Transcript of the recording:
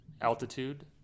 altitude